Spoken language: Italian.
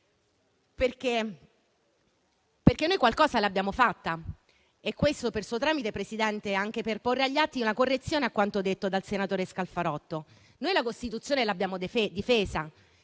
facendo, perché noi qualcosa l'abbiamo fatta. Lo dico per suo tramite, Presidente, anche per lasciare agli atti una correzione a quanto detto dal senatore Scalfarotto: noi la Costituzione l'abbiamo difesa;